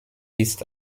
ist